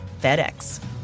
FedEx